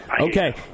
Okay